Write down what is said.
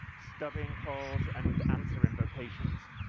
stubbing calls and answer invocations.